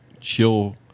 chill